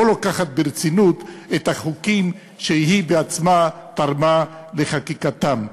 לוקחת ברצינות את החוקים שהיא עצמה תרמה לחקיקתם?